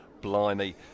blimey